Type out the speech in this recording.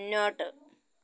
മുന്നോട്ട്